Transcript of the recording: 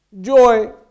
joy